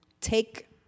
take